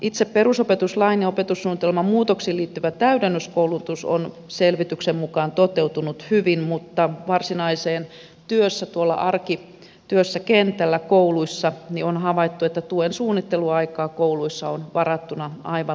itse perusopetuslain ja opetussuunnitelman muutoksiin liittyvä täydennyskoulutus on selvityksen mukaan toteutunut hyvin mutta varsinaisessa arkityössä kentällä kouluissa on havaittu että tuen suunnitteluaikaa kouluissa on varattuna aivan liian vähän